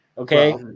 Okay